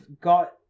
got